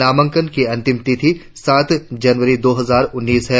नामांकन की अंतिम तिथि सात जनवरी दो हजार उन्नीस है